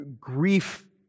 grief